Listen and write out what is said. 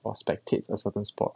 or spectates a certain sport